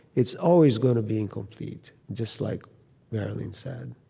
it's always going to be incomplete, just like marilynne said